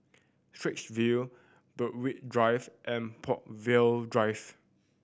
Straits View Berwick Drive and Brookvale Drive